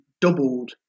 doubled